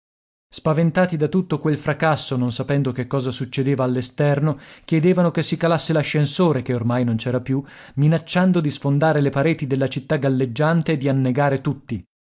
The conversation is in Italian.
spaventati da tutto quel fracasso non sapendo che cosa succedeva all'esterno chiedevano che si calasse l'ascensore che ormai non c'era più minacciando di sfondare le pareti della città galleggiante e di annegare tutti